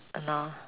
!hannor!